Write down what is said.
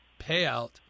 payout